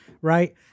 right